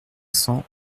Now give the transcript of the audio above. cents